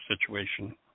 situation